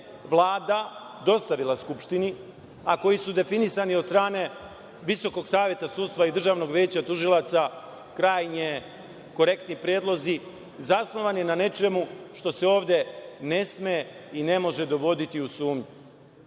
Vlada dostavila Skupštini, a koji su definisani od strane Visokog saveta sudstva i Državnog veća tužilaca krajnje korektni predlozi, zasnovani na nečemu što se ovde ne sme i ne može dovoditi u sumnju. Juče